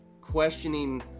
questioning